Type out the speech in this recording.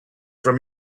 from